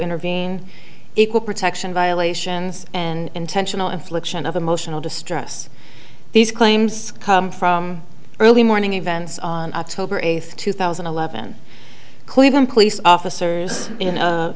intervene equal protection violations and intentional infliction of emotional distress these claims come from early morning events on october eighth two thousand and eleven cleveland police officers